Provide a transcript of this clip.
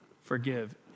forgive